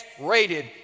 rated